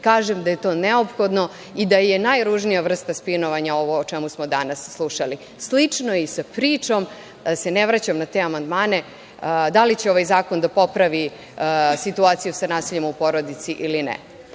kažem da je to neophodno i da je najružnija vrsta spinovanja ovo o čemu smo danas slušali. Slično je i sa pričom, da se ne vraćam na te amandmane, da li će ovaj zakon da popravi situaciju sa nasiljem u porodici ili ne.